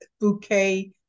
bouquet